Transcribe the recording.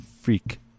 freak